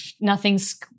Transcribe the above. nothing's